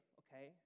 okay